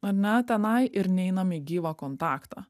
ar ne tenai ir neinam į gyvą kontaktą